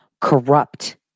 corrupt